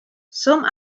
some